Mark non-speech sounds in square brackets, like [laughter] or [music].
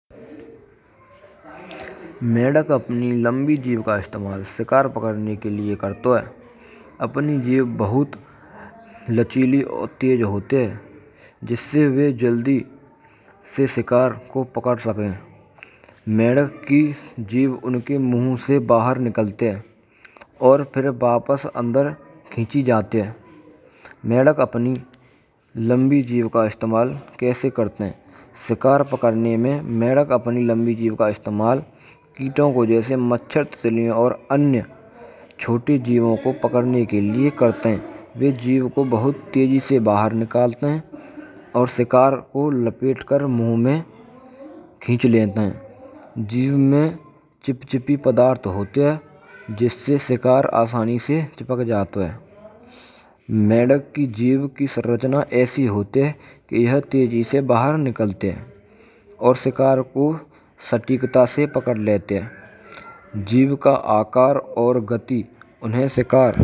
Medak apane lambee jiv ka istamaal shikaar pakadane ke lie karto hai. Apane jiv bahut tej aur lachhilee hoat hai. Jisee ve jaldee se shikaar ko pakad saken. Medak ke jeev unake munh se baahar nikalate hain. Aur phir vaapas khinchee jaat hain. Medak apane lambee jiv ka istemaamal kaise karate hain. Shikaar pakadane mein apni laambe jiv ka istamaal. Keeto ko jaise machchhar, titliyon aur any chhote jeevon ko [noise] pakadane ke lie karat hain. Ve jeev ko bahut tejee se baahar nikaalate hain. Aur shikaar ko lapetakar muh mein khinch leta hai. Jeev mein chip- chipe padaarath hoat hain. Jisee shikaar aasaani se chipak jaat hai Maidam kee jeb kee rachana aisee hotee hai ki ye tejee se baahar nikalate hain. Aur shikaar ko sateekta se pakad lete hain. Jeev ka aakaar aur gati unhen shikaar karane mein madad karat hai.